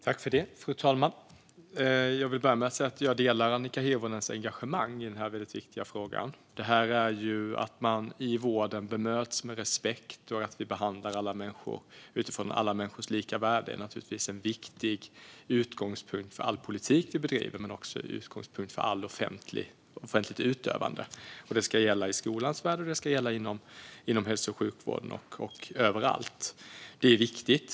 Fru talman! Jag vill börja med att säga att jag delar Annika Hirvonens engagemang i den här viktiga frågan. Att man bemöts med respekt i vården och att vi behandlar alla människor utifrån alla människors lika värde är naturligtvis en viktig utgångspunkt för all politik vi bedriver men också för allt offentligt utövande. Det ska gälla i skolans värld, inom hälso och sjukvården och överallt. Det är viktigt.